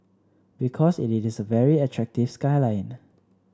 because it is a very attractive skyline